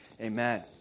amen